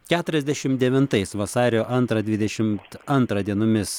keturiasdešimt devintais vasario antrą dvidešimt antrą dienomis